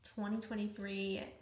2023